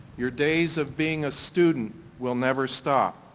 your days of being a student will never stop